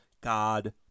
God